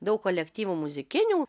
daug kolektyvų muzikinių